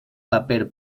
paper